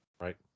Right